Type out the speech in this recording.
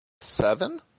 seven